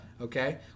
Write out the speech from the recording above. Okay